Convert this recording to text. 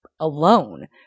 alone